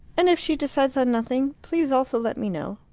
and if she decides on nothing, please also let me know.